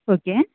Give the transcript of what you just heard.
okay